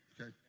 okay